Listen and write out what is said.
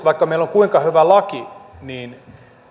vaikka meillä on kuinka hyvä laki niin